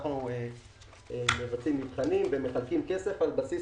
אנחנו מבצעים מבחנים ומחלקים כסף על בסיס